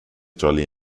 jolly